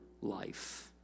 life